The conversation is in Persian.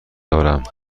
دارم